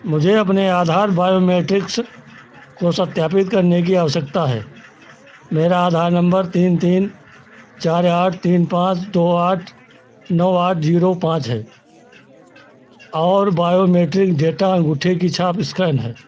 मुझे अपने आधार बाॅयोमेट्रिक्स को सत्यापित करने की आवश्यकता है मेरा आधार नम्बर तीन तीन चार आठ तीन पांच दो आठ नौ आठ जीरो पांच है और बाॅयोमेट्रिक डेटा अंगूठे की छाप स्कैन है